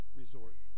resort